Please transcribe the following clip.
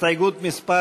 הסתייגות מס'